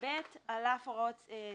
יסודות של עבירה אחרת בפקודת